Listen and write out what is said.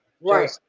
Right